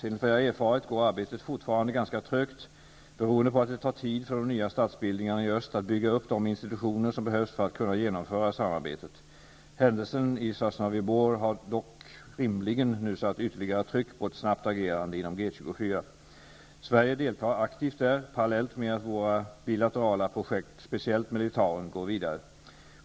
Enligt vad jag erfarit går arbetet fortfarande ganska trögt, beroende på att det tar tid för de nya statsbildningarna i öst att bygga upp de institutioner som behövs för att kunna genomföra samarbetet. Händelsen i Sosnovyj Bor har dock rimligen nu satt ytterligare tryck på ett snabbt agerande inom G-24. Sverige deltar aktivt där, parallellt med att våra bilaterala projekt speciellt med Litauen går vidare.